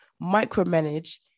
micromanage